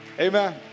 Amen